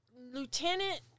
Lieutenant